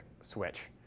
switch